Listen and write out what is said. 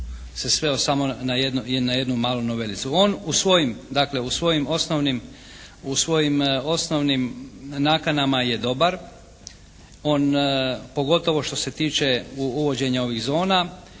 u svojim osnovnim nakanama je dobar, pogotovo što se tiče uvođenja ovih zona.